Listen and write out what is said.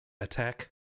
attack